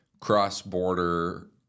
cross-border